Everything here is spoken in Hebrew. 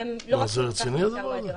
זה רציני, הדבר הזה?